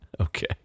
okay